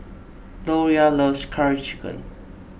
Loria loves Curry Chicken